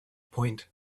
point